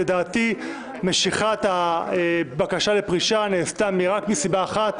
לדעתי משיכת הבקשה לפרישה נעשתה רק מסיבה אחת,